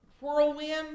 whirlwind